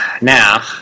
now